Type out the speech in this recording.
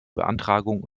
beantragung